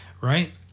right